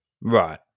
Right